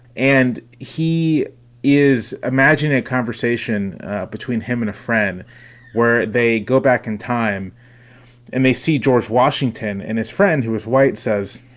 and he is imagining a conversation between him and a friend where they go back in time and they see george washington and his friend, who is white, says,